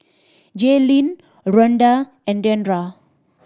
Jaylyn Rhonda and Deandra